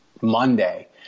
Monday